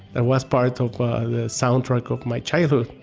and was part of the soundtrack of my childhood.